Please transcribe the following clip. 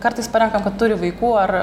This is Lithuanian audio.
kartais parenkam kad turi vaikų ar